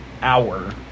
hour